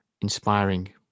inspiring